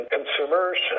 consumers